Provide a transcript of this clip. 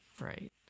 right